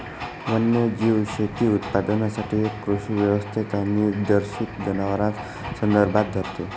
वन्यजीव शेती उत्पादनासाठी एक कृषी व्यवस्थेत अनिर्देशित जनावरांस संदर्भात धरते